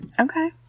Okay